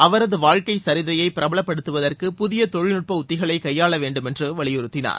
அவரது வாழ்ககை சரிதையை பிரபலப்படுத்துவதற்கு புதிய தொழில்நுட்ப உத்திகளைக் கையாள வேண்டும் என்று வலியறுத்தினார்